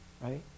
right